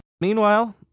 Meanwhile